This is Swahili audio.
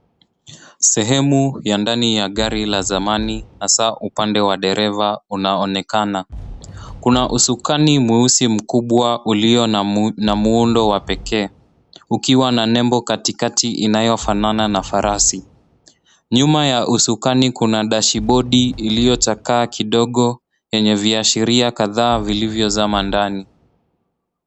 Sehemu ya ndani ya gari la zamani hasa upande wa dereva unaonekana. Kuna usukani mweusi mkubwa ulio na muundo wa pekee ukiwa na nembo katikati inayo fanana na farasi. Nyuma ya usukani kuna dashibodi iliochakaa kidogo yenye viasharia kadhaa vilvyo zama ndani.